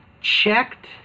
checked